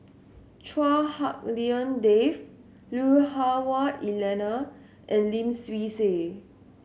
Chua Hak Lien Dave Lui Hah Wah Elena and Lim Swee Say